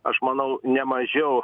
aš manau ne mažiau